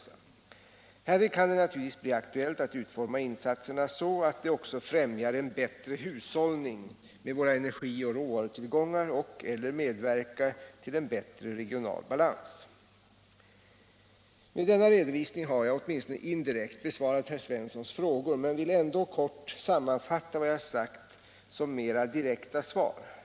Härvid kan det naturligtvis bli aktuellt att utforma Om strukturproblemen inom svenskt produktionsliv Om strukturproblemen inom svenskt produktionsliv 200 insatserna så att de också främjar en bättre hushållning med våra energioch råvarutillgångar och/eller medverkar till en bättre regional balans. Med denna redovisning har jag - åtminstone indirekt — besvarat herr Svenssons frågor men vill ändå kort sammanfatta vad jag sagt som mer direkta svar.